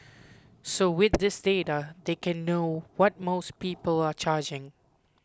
so with this data they can know what most people are charging